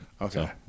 Okay